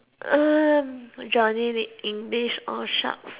um Johnny English or sharks